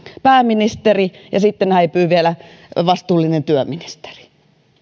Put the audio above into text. pääministeri ja sitten häipyy vielä vastuullinen työministeri